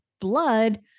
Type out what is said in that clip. blood